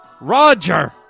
Roger